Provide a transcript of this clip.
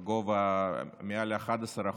אפשר לומר, בגובה של מעל 11%,